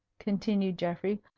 continued geoffrey,